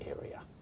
area